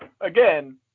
Again